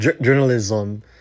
journalism